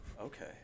Okay